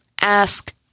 Ask